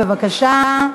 בבקשה.